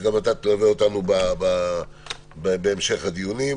שגם אתה תלווה אותנו בהמשך הדיונים.